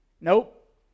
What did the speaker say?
Nope